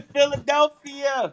Philadelphia